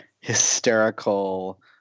hysterical